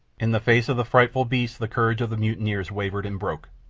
in the face of the frightful beasts the courage of the mutineers wavered and broke.